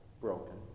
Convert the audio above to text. broken